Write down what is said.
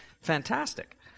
fantastic